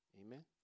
Amen